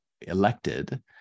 elected